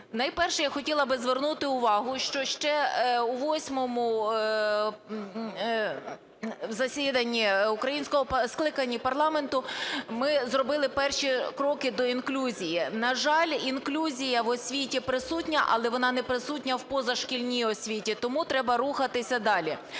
Найперше я хотіла би звернути увагу, що ще у восьмому засіданні… у скликанні парламенту ми зробили перші кроки до інклюзії. На жаль, інклюзія в освіті присутня, але вона не присутня в позашкільній освіті. Тому треба рухатися далі.